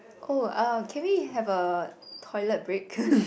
oh uh can we have a toilet break